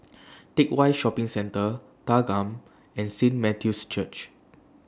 Teck Whye Shopping Centre Thanggam and Saint Matthew's Church